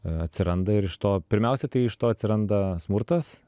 atsiranda ir iš to pirmiausia tai iš to atsiranda smurtas